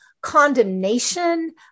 condemnation